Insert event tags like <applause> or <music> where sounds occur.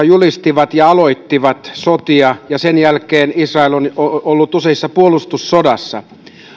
<unintelligible> julistivat aloittivat sodan ja sen jälkeen israel on ollut useissa puolustussodissa